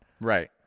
right